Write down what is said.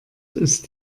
ist